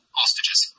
hostages